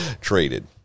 traded